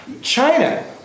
China